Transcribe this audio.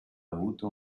avuto